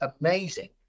amazing